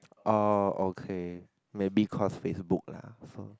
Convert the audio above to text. oh okay maybe cause FaceBook lah so